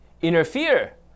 interfere